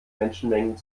menschenmengen